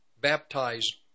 baptized